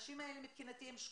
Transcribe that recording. האנשים האלה מבחינתי שקופים.